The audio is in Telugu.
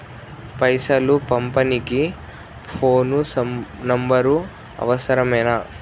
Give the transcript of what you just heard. పైసలు పంపనీకి ఫోను నంబరు అవసరమేనా?